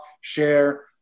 share